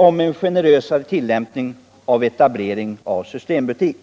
till en generösare tillämpning av etableringsreglerna för systembutiker.